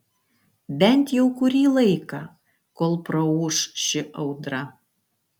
bent jau kurį laiką kol praūš ši audra